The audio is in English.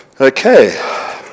Okay